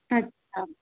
अच्छा